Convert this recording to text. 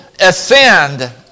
Ascend